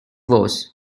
was